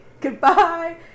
goodbye